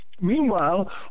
Meanwhile